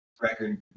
record